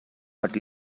but